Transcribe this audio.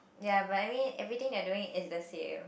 ya but I mean everything they're doing is the same